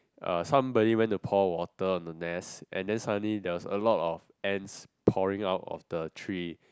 uh somebody went to pour water on the nest and then suddenly there was a lot of ants pouring out of the tree